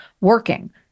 working